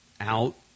out